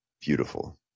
Beautiful